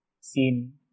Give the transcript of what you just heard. seen